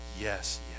yes